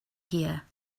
here